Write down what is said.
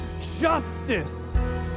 justice